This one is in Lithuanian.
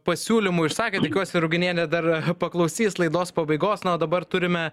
pasiūlymų išsakėt tikiuosi ruginienė dar paklausys laidos pabaigos na o dabar turime